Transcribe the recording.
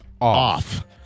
off